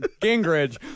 Gingrich